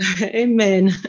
amen